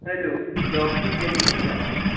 hello جی doctor Jalil سے بات ہو رہی